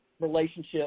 relationship